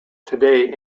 today